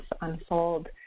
unfold